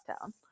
town